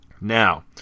Now